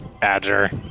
badger